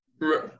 Right